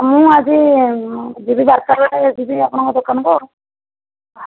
ମୁଁ ଆଜି ଯିବି ବାରଟାବେଳେ ଯିବି ଆପଣଙ୍କ ଦୋକାନକୁ